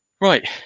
Right